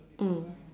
mm